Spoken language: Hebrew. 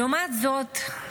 לעומת זאת,